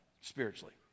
spiritually